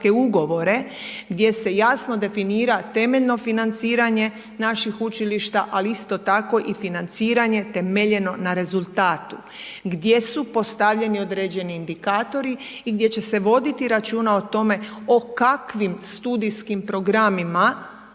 ugovore, gdje se jasno definira temeljno financiranje naših učilišta ali isto tako i financiranje temeljeno na rezultatu gdje su postavljeni određeni indikatori i gdje će se voditi računa o tome o kakvim studijskim programima